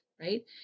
Right